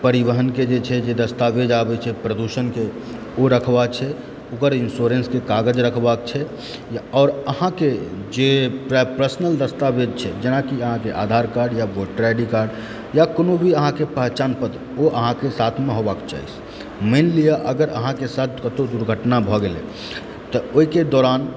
परिवहनके जे छै जे दस्तावेज आबय छै प्रदूषणके ओ रखबा छै ओकर इन्स्योरेन्सके कागज रखबाक छै आओर अहाँके जे पर्सनल दस्तावेज छै जेनाकी अहाँके आधार कार्ड या वोटर आइ डी कार्ड या कोनो भी अहाँके पहचानपत्र ओ अहाँके साथमे होबाके चाही मानिलिए अगर अहाँके साथ कतहुँ दुर्घटना भऽ गेलै तऽ ओहिके दौरान